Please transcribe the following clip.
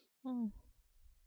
mm